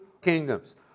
Kingdoms